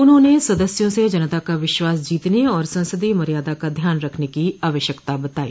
उन्होंने सदस्यों से जनता का विश्वास जीतने और संसदीय मर्यादा का ध्यान रखने की आवश्यकता बताई